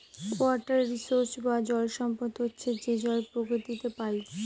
water resource বা জল সম্পদ হচ্ছে যে জল প্রকৃতিতে পাই